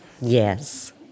Yes